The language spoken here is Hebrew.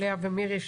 לאה ומירי,